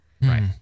Right